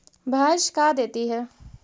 भैंस का देती है?